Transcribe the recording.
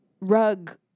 rug